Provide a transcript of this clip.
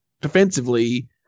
defensively